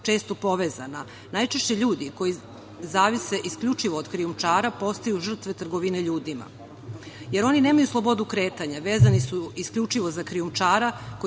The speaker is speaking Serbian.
često povezana. Najčešće ljudi koji zavise isključivo od krijumčara postaju žrtve trgovine ljudima, jer oni nemaju slobodu kretanja, vezani su isključivo za krijumčara,